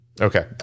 Okay